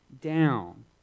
down